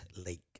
Lake